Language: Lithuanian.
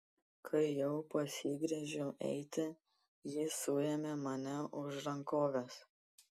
kai jau pasigręžiau eiti ji suėmė mane už rankovės